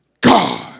God